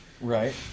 Right